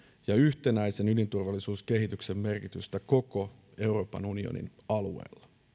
ja yhtenäisen ydinturvallisuuskehityksen merkitystä koko euroopan unionin alueella